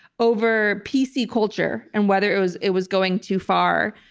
over p. culture and whether it was it was going too far.